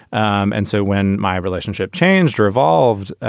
um and so when my relationship changed or evolved,